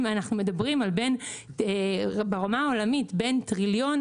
אנחנו מדברים ברמה העולמית על בין טריליון